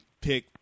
pick